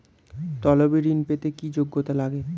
তলবি ঋন পেতে কি যোগ্যতা লাগে?